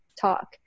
talk